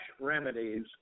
remedies